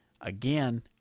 Again